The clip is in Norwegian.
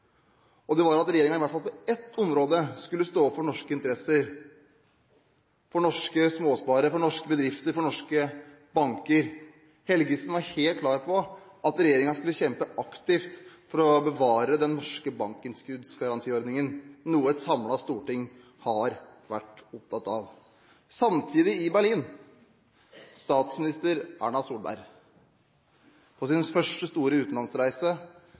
og det var at regjeringen i hvert fall på ett område skulle stå opp for norske interesser, for norske småsparere, for norske bedrifter, for norske banker. Helgesen var helt klar på at regjeringen skulle kjempe aktivt for å bevare den norske bankinnskuddsgarantiordningen, noe et samlet storting har vært opptatt av. Samtidig, i Berlin, var statsminister Erna Solberg på sin første store utenlandsreise